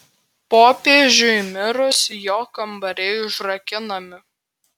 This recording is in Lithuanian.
popiežiui mirus jo kambariai užrakinami